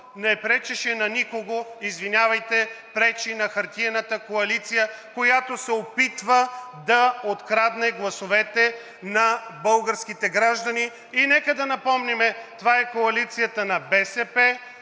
не пречеше на никого, извинявайте, пречи на хартиената коалиция, която се опитва да открадне гласовете на българските граждани. И нека да напомним, това е коалицията на БСП,